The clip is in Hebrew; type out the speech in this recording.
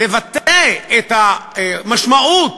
לבטא את המשמעות